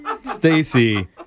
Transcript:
Stacy